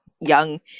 young